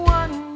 one